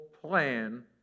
plan